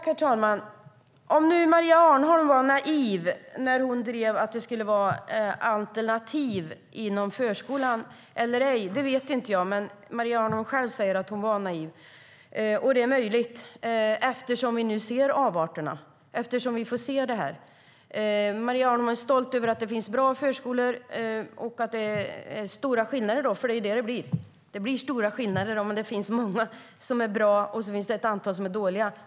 Herr talman! Om Maria Arnholm var naiv eller ej när hon drev att det skulle vara alternativ inom förskolan vet jag inte, men hon säger själv att hon var det. Det är möjligt eftersom vi nu ser avarterna. Maria Arnholm är stolt över att det finns bra förskolor och att det är stora skillnader. För det blir det när det finns många som är bra och ett antal som är dåliga.